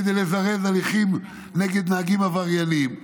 כדי לזרז הליכים נגד נהגים עבריינים.